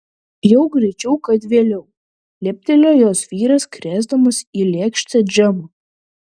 jau greičiau kad vėliau leptelėjo jos vyras krėsdamas į lėkštę džemo